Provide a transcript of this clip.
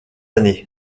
année